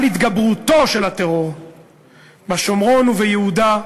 אבל התגברותו של הטרור בשומרון וביהודה,